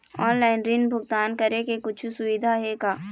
Online ऋण भुगतान करे के कुछू सुविधा हे का?